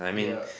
yeah